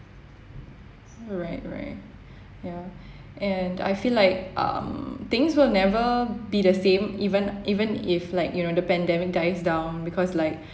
right right ya and I feel like um things will never be the same even even if like you know the pandemic dies down because like